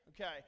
Okay